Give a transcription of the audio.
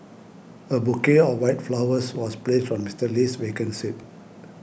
a bouquet of white flowers was placed on Mister Lee's vacant seat